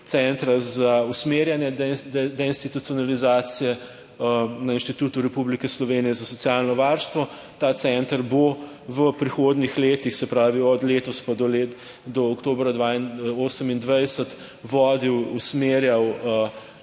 centra za usmerjanje deinstitucionalizacije na Inštitutu Republike Slovenije za socialno varstvo. Ta center bo v prihodnjih letih, se pravi od letos pa do oktobra 2028 vodil, usmerjal